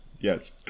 yes